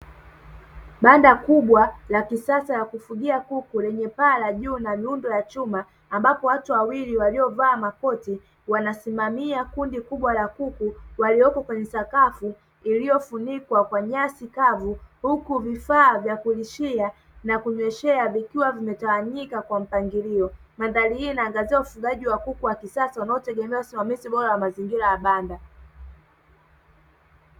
Banda kubwa la kisasa la kufugia kuku lenye paa la juu na nguzo ya chuma, ambapo watu wawili waliovaa makoti wanasimamia kundi kubwa la kuku waliopo kwenye sakafu iliyofunikwa kwa nyasi kavu, huku vifaa vya kulishia na kunyweshea vikiwa vimetawanyika kwa mpangilio. Mandhari hii inaangazia ufugaji wa kuku wa kisasa unaotegemea usimamizi bora wa mazingira ya banda.